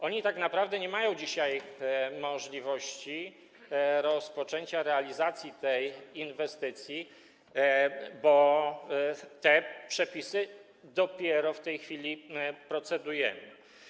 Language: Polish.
Oni tak naprawdę nie mają dzisiaj możliwości rozpoczęcia realizacji tej inwestycji, bo nad tymi przepisami dopiero w tej chwili procedujemy.